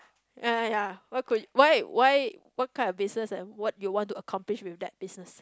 ya ya ya what could why why what kind of business and what you want to accomplish with that business